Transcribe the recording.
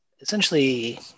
essentially